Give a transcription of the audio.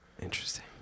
Interesting